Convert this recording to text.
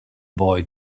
boy